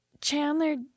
Chandler